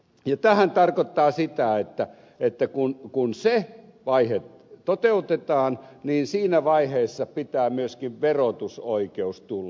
tämähän tarkoittaa sitä että kun se vaihe toteutetaan niin siinä vaiheessa pitää myöskin verotusoikeus tulla